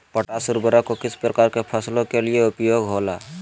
Potash उर्वरक को किस प्रकार के फसलों के लिए उपयोग होईला?